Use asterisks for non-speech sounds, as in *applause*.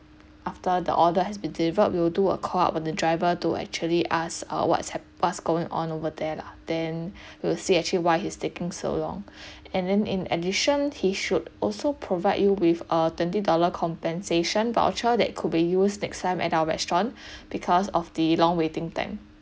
after the order has been delivered we will do a cloud on the driver to actually ask uh what's hap~ what's going on over there lah then *breath* we will see actually why he's taking so long *breath* and then in addition he should also provide you with a twenty dollar compensation voucher that could be used next time at our restaurant *breath* because of the long waiting time